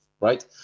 right